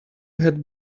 had